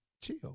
chill